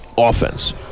offense